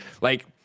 like-